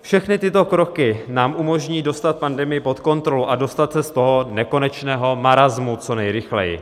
Všechny tyto kroky nám umožní dostat pandemii pod kontrolu a dostat se z toho nekonečného marasmu co nejrychleji.